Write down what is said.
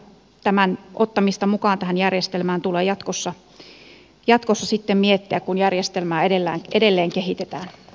tämän ottamista mukaan tähän järjestelmään tulee jatkossa sitten miettiä kun järjestelmää edelleen kehitetä